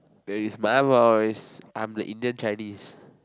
where's my voice I am the Indian Chinese